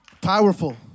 Powerful